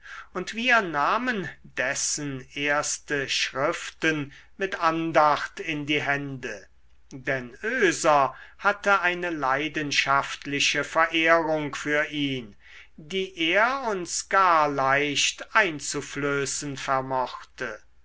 und wir nahmen dessen erste schriften mit andacht in die hände denn oeser hatte eine leidenschaftliche verehrung für ihn die er uns gar leicht einzuflößen vermochte